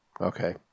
Okay